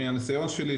מהניסיון שלי,